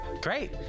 great